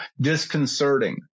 disconcerting